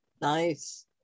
Nice